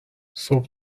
صبح